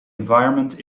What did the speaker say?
environment